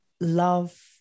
love